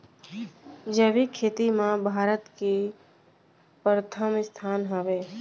जैविक खेती मा भारत के परथम स्थान हवे